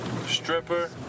stripper